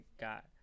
got